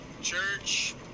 Church